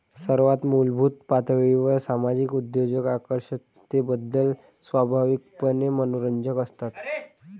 सर्वात मूलभूत पातळीवर सामाजिक उद्योजक आकर्षकतेबद्दल स्वाभाविकपणे मनोरंजक असतात